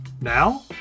Now